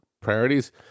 priorities